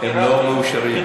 הם לא מאושרים.